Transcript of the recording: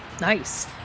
Nice